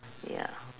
ya